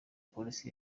polisi